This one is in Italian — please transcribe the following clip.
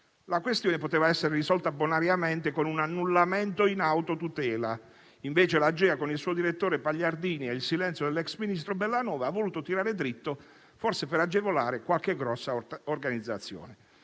La questione poteva essere risolta bonariamente con un annullamento in autotutela; invece l'Agea con il suo direttore Pagliardini e con il silenzio dell'ex ministro Bellanova ha voluto tirare dritto, forse per agevolare qualche grossa organizzazione.